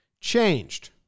changed